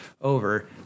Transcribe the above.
over